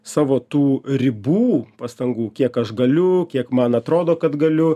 savo tų ribų pastangų kiek aš galiu kiek man atrodo kad galiu